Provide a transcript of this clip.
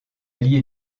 lié